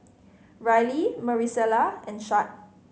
Rylee Maricela and Shad